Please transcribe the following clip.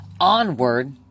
onward